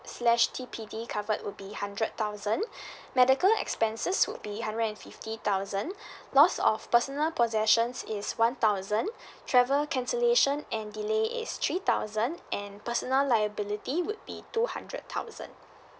slash T_P_D covered will be hundred thousand medical expenses would be hundred and fifty thousand loss of personal possessions is one thousand travel cancellation and delay is three thousand and personal liability would be two hundred thousand